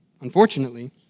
Unfortunately